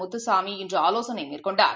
Muthusamy இன்றுஆலோசனைமேற்கொண்டார்